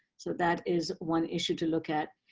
so that is one issue to look at.